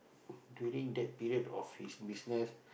during that period of his business